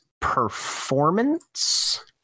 performance